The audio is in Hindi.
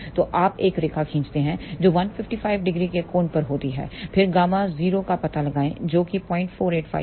तो आप एक रेखा खींचते हैं जो 155° के कोण पर होती है फिर Γ0 का पता लगाएं जो कि 0485 है